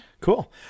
Cool